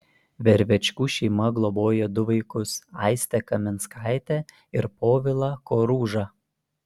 vervečkų šeima globojo du vaikus aistę kaminskaitę ir povilą koružą